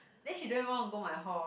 then she don't even want go my hall